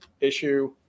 issue